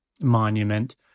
monument